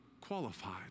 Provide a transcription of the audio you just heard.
qualified